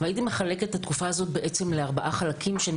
והייתי מחלקת את התקופה הזאת לארבעה חלקים כשאני